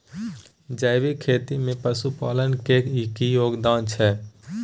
जैविक खेती में पशुपालन के की योगदान छै?